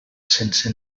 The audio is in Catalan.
sense